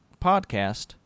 Podcast